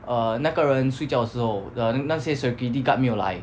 err 那个人睡觉的时候 the 那些 security guard 没有来